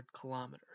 kilometers